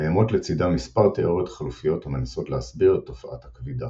קיימות לצידה מספר תאוריות חלופיות המנסות להסביר את תופעת הכבידה.